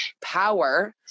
power